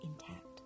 intact